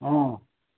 অ